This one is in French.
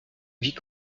vie